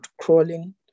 crawling